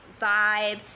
vibe